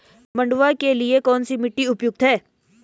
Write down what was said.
मंडुवा के लिए कौन सी मिट्टी उपयुक्त है?